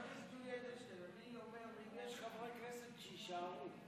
אם יש חברי כנסת, שיישארו.